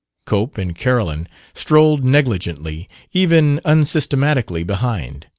cope and carolyn strolled negligently even unsystematically behind.